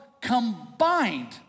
combined